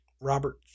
Robert